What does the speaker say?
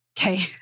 Okay